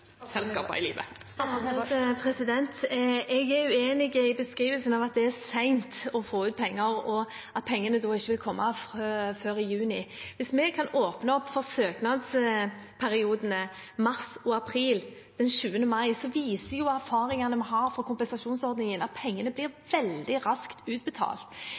Jeg er uenig i beskrivelsen av at det er sent å få ut penger, og at pengene da ikke vil komme før i juni. Hvis vi kan åpne opp for søknadsperiodene mars og april den 20. mai, viser jo erfaringene vi har fra kompensasjonsordningen, at pengene blir veldig raskt utbetalt.